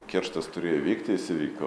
kerštas turėjo įvykti jis įvyko